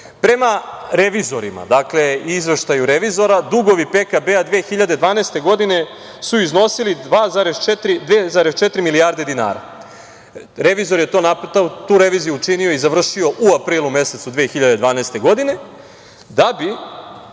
PKB-a. Prema revizorima, prema izveštaju revizora, dugovi PKB-a 2012. godine su iznosili 2,4 milijarde dinara. Revizor je tu reviziju učinio i završio u aprilu mesecu 2012. godine, da bi